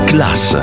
Class